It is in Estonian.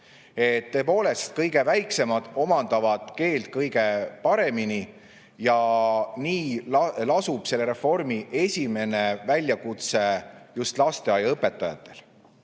Tõepoolest, kõige väiksemad omandavad keelt kõige paremini ja nii lasub selle reformi esimene väljakutse just lasteaiaõpetajatel.